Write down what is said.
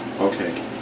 Okay